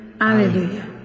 Alleluia